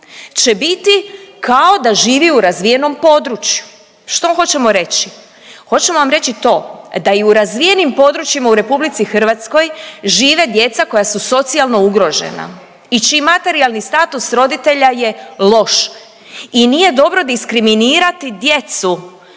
će biti kao da živi u razvijenom području, što vam hoćemo reći? Hoćemo vam reći to da i u razvijenim područjima u RH žive djeca koja su socijalno ugrožena i čiji materijalni status roditelja je loš i nije dobro diskriminirati djecu